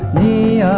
the